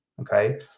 Okay